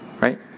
right